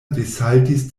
desaltis